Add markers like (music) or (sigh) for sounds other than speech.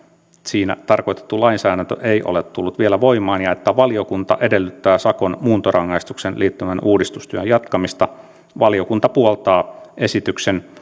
siinä tarkoitettu lainsäädäntö ei ole tullut vielä voimaan ja että valiokunta edellyttää sakon muuntorangaistukseen liittyvän uudistustyön jatkamista valiokunta puoltaa esitykseen (unintelligible)